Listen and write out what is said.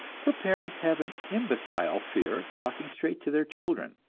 for parents have an imbecile fear of talking straight to their children,